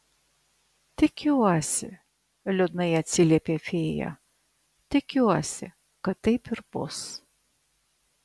tikiuosi liūdnai atsiliepė fėja tikiuosi kad taip ir bus